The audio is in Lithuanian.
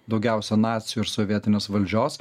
daugiausia nacių ir sovietinės valdžios